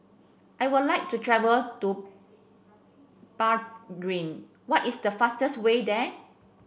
I would like to travel to Bahrain what is the fastest way there